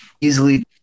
easily